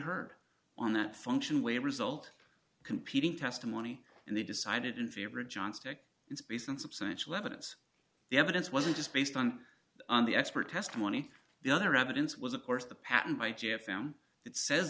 heard on that function way result competing testimony and they decided in favor of john stick it's based on substantial evidence the evidence wasn't just based on the expert testimony the other evidence was of course the